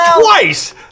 twice